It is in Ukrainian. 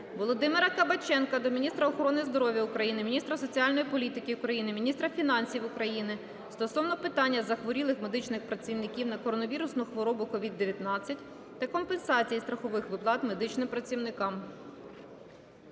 Володимира Кабаченка до міністра охорони здоров'я України, міністра соціальної політики України, міністра фінансів України стосовно питання захворілих медичних працівників на коронавірусну хворобу COVID-19 та компенсацій і страхових виплатах медичним працівникам.